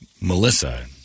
Melissa